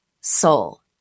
soul